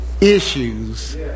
issues